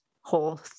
whole